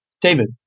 David